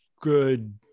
good